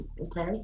okay